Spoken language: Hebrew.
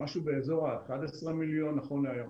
משהו באזור ה-11 מיליון נכון להיום.